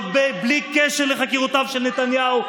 ועוד בלי קשר לחקירות של נתניהו.